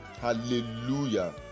hallelujah